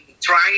trying